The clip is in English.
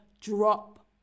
drop